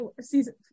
season